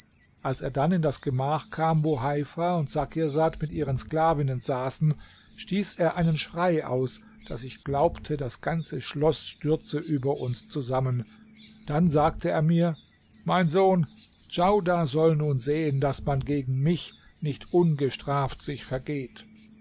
als er dann in das gemach kam wo heifa und sakirsad mit ihren sklavinnen saßen stieß er einen schrei aus daß ich glaubte das ganze schloß stürze über uns zusammen dann sagte er mir mein sohn djaudar soll nun sehen daß man gegen mich nicht ungestraft sich vergeht